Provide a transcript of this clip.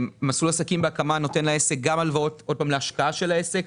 מסלול עסקים בהקמה נותן לעסק הלוואות להשקעה של העסק,